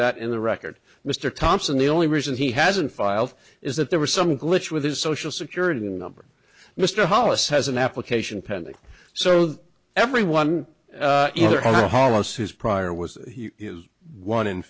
that in the record mr thompson the only reason he hasn't filed is that there was some glitch with his social security number mr hollis has an application pending so that everyone in here hollis whose prior was he is one in